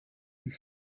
his